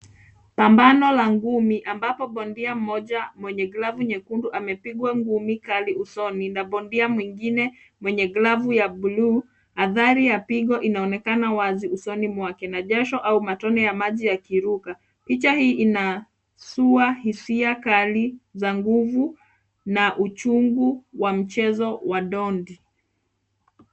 Pambano la ngumi ambapo bondia mmoja mwenye glavu nyekundu amepigwa ngumi kali usoni na bondia mwingine mwingine mwenye glavu ya bluu. Adhari ya pigo inaonekana wazi usoni mwake na jasho au matone ya maji yakiruka. Picha hii inazua hisia kali za nguvu na uchungu wa mchezo wa dondi.